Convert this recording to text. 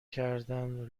کردنو